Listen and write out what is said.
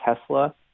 Tesla